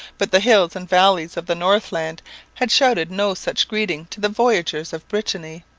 but the hills and valleys of the northland had shouted no such greeting to the voyageurs of brittany.